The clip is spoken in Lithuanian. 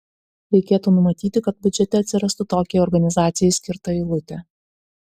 reikėtų numatyti kad biudžete atsirastų tokiai organizacijai skirta eilutė